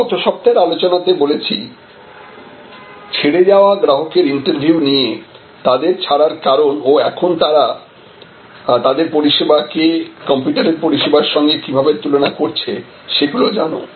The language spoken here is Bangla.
আমি গত সপ্তাহের আলোচনাতে বলেছি ছেড়ে যাওয়া গ্রাহকের ইন্টারভিউ নিয়ে তাদের ছাড়ার কারণ ও এখন তারা তাদের পরিষেবা কে কম্পিটিটরের পরিষেবার সঙ্গে কিভাবে তুলনা করছে সেগুলি জানো